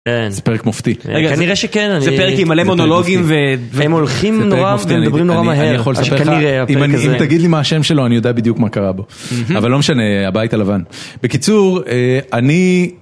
זה פרק מופתי. כנראה שכן. זה פרק עם מלא מונולוגים והם הולכים נורא ומדברים נורא מהר. אני יכול לספר לך, אם תגיד לי מה השם שלו אני יודע בדיוק מה קרה בו. אבל לא משנה, הבית הלבן. בקיצור, אני...